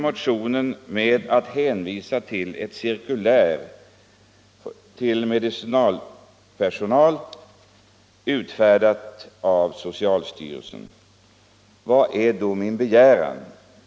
Motionen avstyrks med hänvisning till ett cirkulär till medicinalpersonal, utfärdat av socialstyrelsen. Vilken är då min begäran?